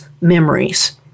memories